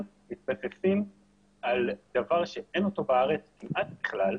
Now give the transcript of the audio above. מתבססים על דבר שאין אותו בארץ כמעט בכלל.